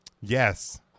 Yes